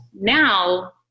now